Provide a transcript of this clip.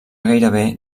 gairebé